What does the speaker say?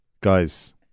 Guys